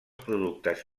productes